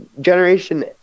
generation